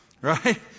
Right